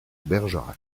bergerac